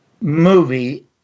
movie